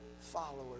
followers